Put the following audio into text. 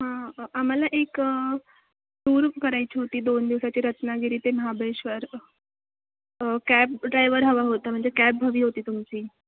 हां आम्हाला एक टूर करायची होती दोन दिवसाची रत्नागिरी ते महाबळेश्वर कॅब ड्रायवर हवा होता म्हणजे कॅब हवी होती तुमची